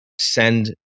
send